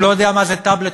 והוא לא יודע מה זה טאבלט.